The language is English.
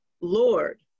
lord